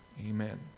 Amen